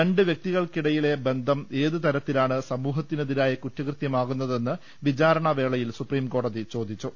രണ്ട് വ്യക്തികൾക്കിടയിലെ ബന്ധം ഏത് തരത്തിലാണ് സമൂഹത്തിനെതിരായ കുറ്റകൃത്യമാകുന്നതെന്ന് വിചാരണാ വേളയിൽ സുപ്രീംകോടതി ചോദിച്ചു